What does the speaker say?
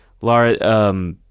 Laura